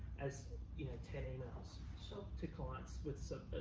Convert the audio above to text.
as you know ten emails so to clients with